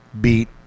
beat